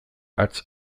hats